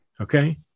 Okay